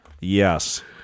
Yes